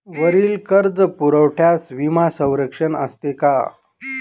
वरील कर्जपुरवठ्यास विमा संरक्षण असते का?